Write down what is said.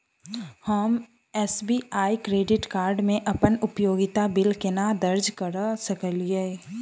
हम SBI credit card मे अप्पन उपयोगिता बिल केना दर्ज करऽ सकलिये?